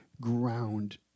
ground